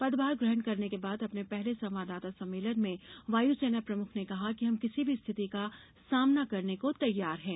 पदभार ग्रहण करने के बाद अपने पहले संवाददाता सम्मेलन में वायुसेना प्रमुख ने कहा कि हम किसी भी रिथति का सामना करने को तैयार हें